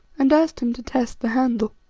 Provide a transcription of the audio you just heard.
and asked him to test the handle.